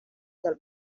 del